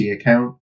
account